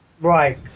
Right